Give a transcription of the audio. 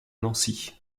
nancy